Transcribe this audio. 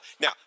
Now